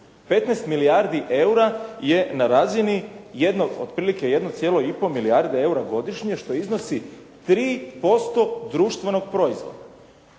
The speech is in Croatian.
15 milijardi eura je na razini otprilike 1,5 milijarde godišnje što iznosi 3% društvenog proizvoda.